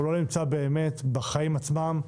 הוא לא נמצא באמת בחיים עצמם,